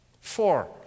Four